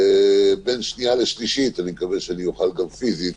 בין שנייה לשלישית אני מקווה שאני אוכל גם פיזית